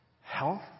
health